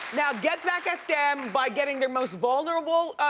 now get back at them by getting their most vulnerable